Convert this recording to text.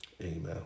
Amen